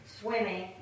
swimming